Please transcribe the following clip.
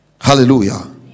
Hallelujah